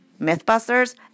mythbusters